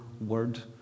word